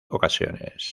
ocasiones